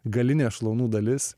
galinė šlaunų dalis